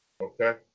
Okay